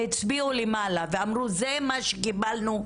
הם הצביעו למעלה ואמרו שזה מה שקיבלו מלמעלה.